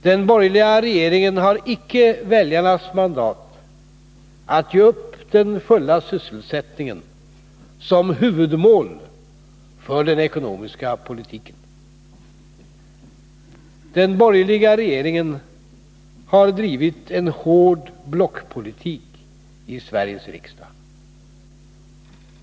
Den borgerliga regeringen har icke väljarnas mandat att ge upp den fulla sysselsättningen som huvudmål för den ekonomiska politiken. Den borgerliga regeringen har drivit en hård blockpolitik i Sveriges riksdag.